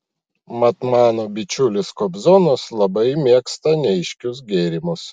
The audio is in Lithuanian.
mat mano bičiulis kobzonas labai mėgsta neaiškius gėrimus